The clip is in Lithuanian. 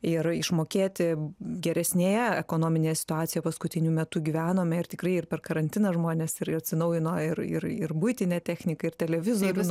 ir išmokėti geresnėje ekonominėje situacijoj paskutiniu metu gyvenome ir tikrai ir per karantiną žmonės ir atsinaujino ir ir ir buitinę techniką ir televizorius